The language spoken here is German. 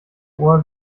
ohr